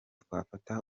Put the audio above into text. twafata